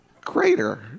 Greater